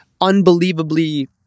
unbelievably